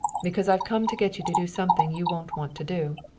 because i've come to get you to do something you won't want to do.